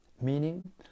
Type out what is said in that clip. meaning